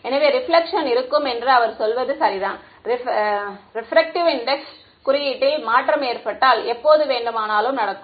எனவே ரெபிலக்ஷன் இருக்கும் என்று அவர் சொல்வது சரிதான் ரெபிரக்ட்டிவ் இண்டெக்ஸ் குறியீட்டில் மாற்றம் ஏற்பட்டால் எப்போது வேண்டுமானாலும் நடக்கும்